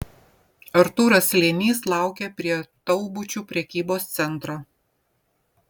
artūras slėnys laukė prie taubučių prekybos centro